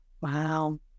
wow